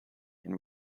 and